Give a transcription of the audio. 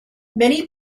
many